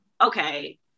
okay